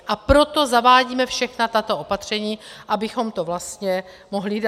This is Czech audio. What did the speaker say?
A proto zavádíme všechna tato opatření, abychom to vlastně mohli dát...